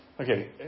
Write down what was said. Okay